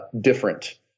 different